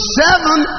seven